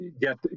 get